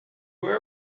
where